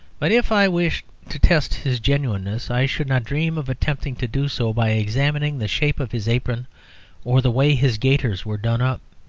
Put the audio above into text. but if i wished to test his genuineness i should not dream of attempting to do so by examining the shape of his apron or the way his gaiters were done up.